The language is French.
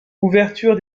ouverture